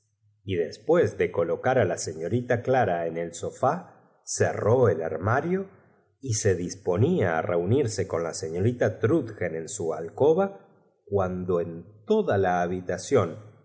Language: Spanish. y uespués de colocar á la señol'ita clam en el sofá cerró el arm'ario y se disponía á reuni rse con la sefiorita trudchen en su alcoba cuando en toda la habitación